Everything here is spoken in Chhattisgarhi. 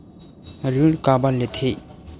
ऋण काबर लेथे?